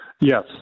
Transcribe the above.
Yes